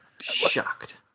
shocked